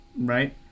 Right